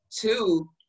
two